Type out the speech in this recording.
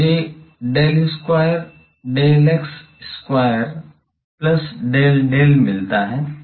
तो मुझे del square del x square plus del del मिलता है